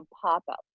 pop-up